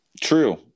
True